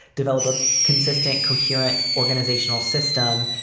develop a consistent, coherent organizational system,